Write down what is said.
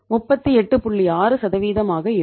6 ஆகா இருக்கும்